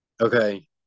okay